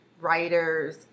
Writers